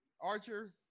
archer